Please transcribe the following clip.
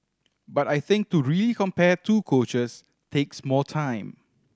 but I think to really compare two coaches takes more time